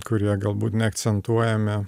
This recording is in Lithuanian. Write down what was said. kurie galbūt neakcentuojami